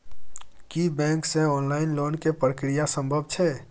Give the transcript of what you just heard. की bank से online loan के प्रक्रिया संभव छै?